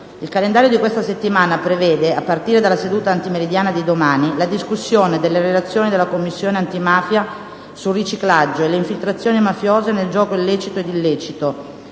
Il calendario di questa settimana prevede, a partire dalla seduta antimeridiana di domani, la discussione delle relazioni della Commissione antimafia sul riciclaggio e le infiltrazioni mafiose nel gioco lecito ed illecito,